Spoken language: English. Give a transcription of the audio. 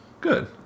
Good